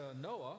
noah